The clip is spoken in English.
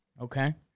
Okay